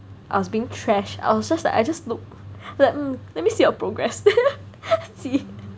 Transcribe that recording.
I was being trash I was just like I just look like mm let me see your progress